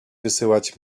wysyłać